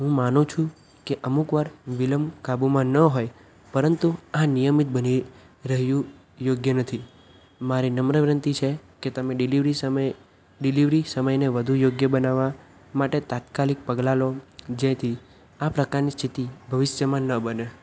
હું માનું છું કે અમુક વાર વિલંબ કાબૂમાં ન હોય પરંતુ આ નિયમિત બની રહ્યું યોગ્ય નથી મારી નમ્ર વિનંતી છે કે તમે ડિલિવરી સમયે ડિલિવરી સમયને વધુ યોગ્ય બનાવવા માટે તાત્કાલિક પગલાં લો જેથી આ પ્રકારની સ્થિતિ ભવિષ્યમાં ન બને